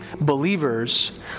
believers